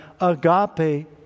agape